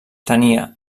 tenia